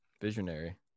visionary